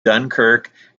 dunkirk